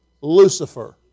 Lucifer